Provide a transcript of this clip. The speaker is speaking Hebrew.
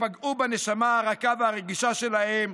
שפגעו בנשמה הרכה והרגישה שלהם.